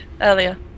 earlier